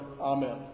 Amen